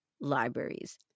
libraries